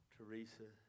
Teresa